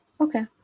okay